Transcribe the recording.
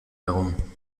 herum